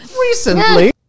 Recently